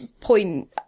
point